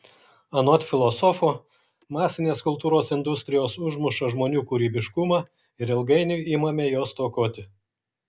anot filosofo masinės kultūros industrijos užmuša žmonių kūrybiškumą ir ilgainiui imame jo stokoti